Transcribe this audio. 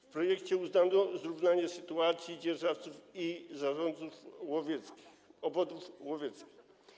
W projekcie uznano zrównanie sytuacji dzierżawców i zarządców obwodów łowieckich.